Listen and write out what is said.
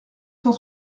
cent